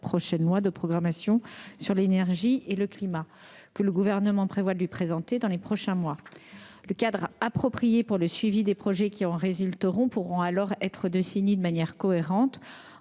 projet de loi de programmation sur l'énergie et le climat, que le Gouvernement prévoit de présenter dans les prochains mois. Le cadre approprié pour le suivi des projets qui en résulteront pourra alors être déterminé de manière cohérente.